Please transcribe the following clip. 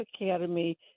Academy